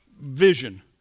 vision